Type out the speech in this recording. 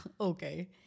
Okay